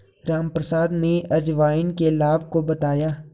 रामप्रसाद ने अजवाइन के लाभ को बताया